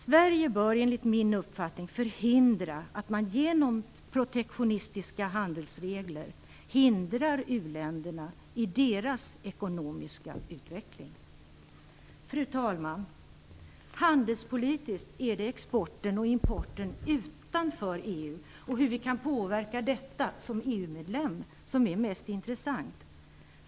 Sverige bör enligt min uppfattning förhindra att man genom protektionistiska handelsregler hindrar uländerna i deras ekonomiska utveckling. Fru talman! Handelspolitiskt är det exporten och importen utanför EU och hur vi kan påverka detta som EU-medlem som är mest intressant.